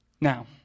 Now